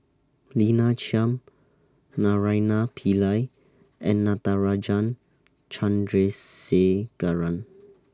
Lina Chiam Naraina Pillai and Natarajan Chandrasekaran